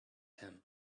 him